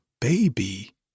baby